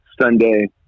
Sunday